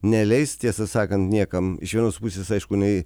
neleis tiesą sakant niekam iš vienos pusės aišku jinai